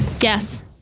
Yes